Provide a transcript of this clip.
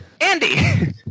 Andy